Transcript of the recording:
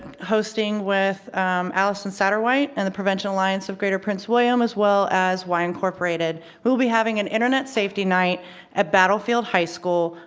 hosting with allison satterwhite, and the prevention alliance of greater prince william, as well as why incorporated. we will be having an internet safety night at battlefield high school,